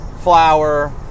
flour